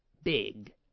big